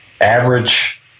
average